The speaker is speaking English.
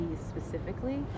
specifically